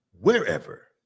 wherever